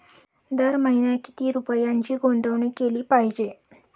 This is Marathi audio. दर महिना किती रुपयांची गुंतवणूक केली पाहिजे?